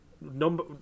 number